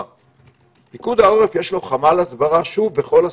לפיקוד העורף יש חמ"ל הסברה בכל השפות.